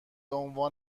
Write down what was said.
عنوان